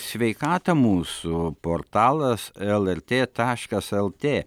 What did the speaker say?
sveikatą mūsų portalas lrt taškas lt